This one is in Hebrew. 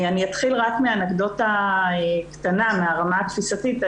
אתחיל מאנקדוטה קטנה, מהרמה התפיסתית.